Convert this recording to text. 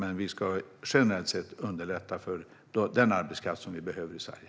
Men vi ska generellt sett underlätta för den arbetskraft som vi behöver i Sverige.